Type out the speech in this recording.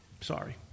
Sorry